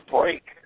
break